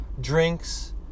drinks